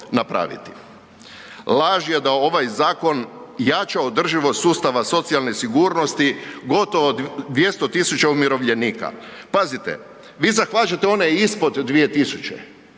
Laž je da ovaj zakon jača održivost sustava socijalne sigurnosti gotovo 200.000 umirovljenika. Pazite, vi zahvaćate one ispod 2.000,